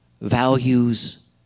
values